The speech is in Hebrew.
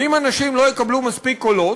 ואם אנשים לא יקבלו מספיק קולות,